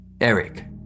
Eric